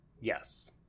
Yes